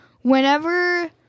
whenever